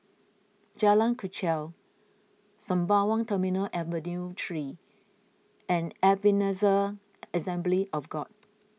Jalan Kechil Sembawang Terminal Avenue three and Ebenezer Assembly of God